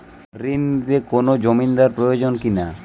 ঋণ নিতে কোনো জমিন্দার প্রয়োজন কি না?